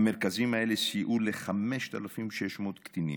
המרכזים האלה סייעו ל-5,600 קטינים.